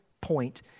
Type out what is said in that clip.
point